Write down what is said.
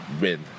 win